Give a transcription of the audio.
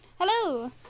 hello